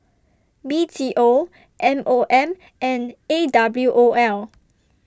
B T O M O M and A W O L